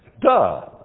Duh